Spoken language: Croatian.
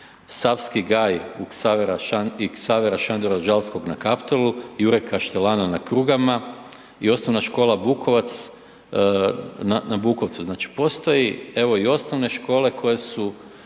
Savski gaj i Ksavera SAndora Đalskog na Kaptolu, Jure Kaštelana na Krugama i Osnovna škola Bukovac na Bukovcu, znači postoje i osnovne škole koje su